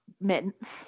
mints